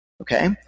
okay